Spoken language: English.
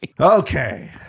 Okay